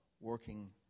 working